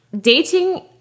Dating